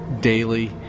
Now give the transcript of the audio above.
daily